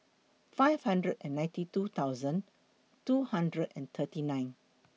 five hundred and ninety two thousand two hundred and thirty nine